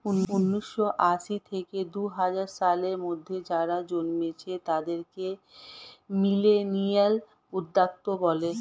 উন্নিশো আশি থেকে দুহাজার সালের মধ্যে যারা জন্মেছে তাদেরকে মিলেনিয়াল উদ্যোক্তা বলে